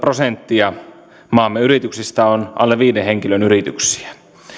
prosenttia maamme yrityksistä on alle viiden henkilön yrityksiä